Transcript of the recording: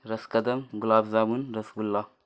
رس کدم گلاب جامن رس گلہ